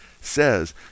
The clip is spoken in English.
says